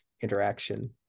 interaction